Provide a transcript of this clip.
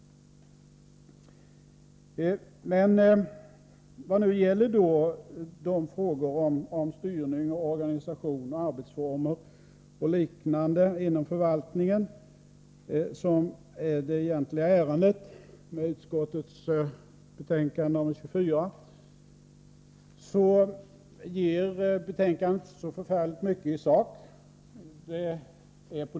Men såvitt angår frågor om styrning, organisation, arbetsformer och liknande inom förvaltningen, som är det egentliga ärendet i utskottets betänkande nr 24, ger betänkandet inte så särskilt mycket i sak.